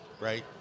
right